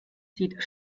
sieht